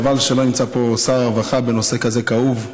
חבל שלא נמצא פה שר הרווחה בנושא כזה כאוב,